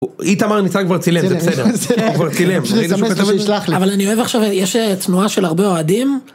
איתמר ניצן כבר צילם , זה בסדר, אני אסמס והוא ישלח לי, אבל אני אוהב עכשיו יש תנועה של הרבה אוהדים.